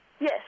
Yes